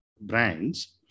brands